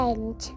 End